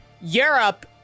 Europe